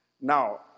Now